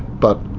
but